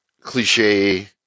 cliche